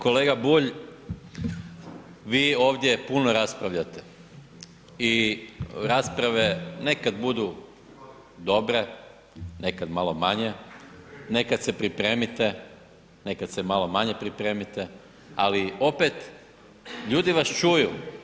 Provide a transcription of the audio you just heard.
Kolega Bulj, vi ovdje puno raspravljate i rasprave nekad budu dobre, nekad malo manje, nekad se pripremite, nekad se malo manje pripremite, ali opet ljudi vas čuju.